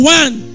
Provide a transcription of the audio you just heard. one